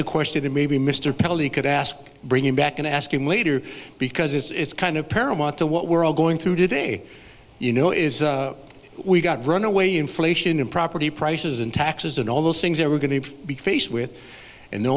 a question that maybe mr pelly could ask bring him back and ask him later because it's kind of paramount to what we're all going through today you know is we've got runaway inflation and property prices and taxes and all those things that we're going to be faced with and the